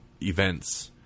events